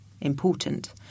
important